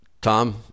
Tom